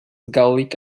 gallic